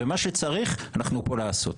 ומה שצריך, אנחנו פה כדי לעשות.